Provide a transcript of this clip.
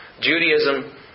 Judaism